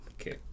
okay